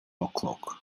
o’clock